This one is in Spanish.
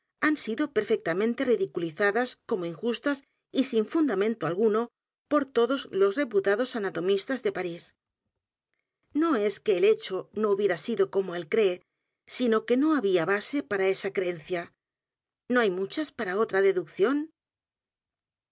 han sido perfectamente ridiculizadas como injustas y sin fundamento alguno por todos los reputados anatomistas de p a r í s no es que el hecho no hubiera sido como él cree sino que no había base p a r a esa creencia no hay muchas para otra deducción